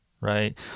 right